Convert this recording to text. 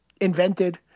invented